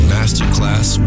Masterclass